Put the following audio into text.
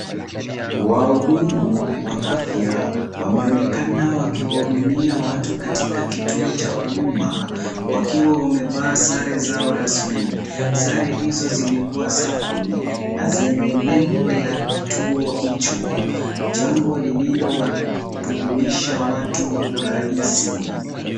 Wahudumu wa afya wameonekana wakiwahudumia watu katika kituo cha huduma ,wakiwa wamevalaa sare zao rasmi. Sare hizo zilikuwa safi na zenye nembo ya kituo hicho ,jambo lililo watambulisha watu rahisi.